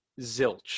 zilch